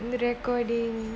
in the recording